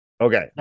Okay